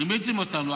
רימיתם אותנו.